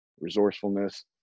resourcefulness